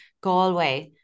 Galway